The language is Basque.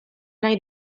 nahi